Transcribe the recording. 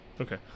okay